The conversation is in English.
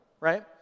right